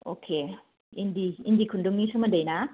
अके इन्दि इन्दि खुनदुंनि सोमोन्दै ना